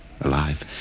alive